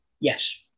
yes